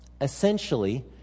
Essentially